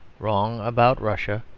wrong about russia,